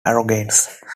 arrogance